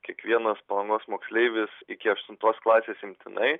kiekvienas palangos moksleivis iki aštuntos klasės imtinai